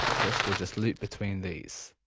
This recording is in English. this will just loop between these.